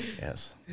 Yes